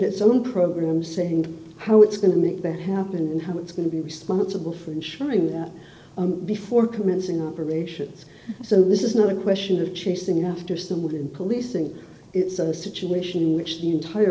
its own program saying how it's going to make that happen and how it's going to be responsible for ensuring that before commencing operations so this is not a question of chasing after someone in policing it's a situation in which the entire